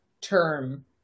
term